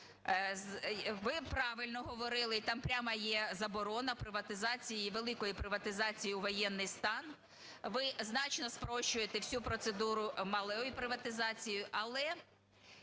Ви правильно говорили і там пряма є заборона приватизації, великої приватизації у воєнний стан. Ви значно спрощуєте процедуру малої приватизації, але